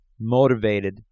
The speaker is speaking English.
motivated